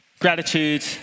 Gratitude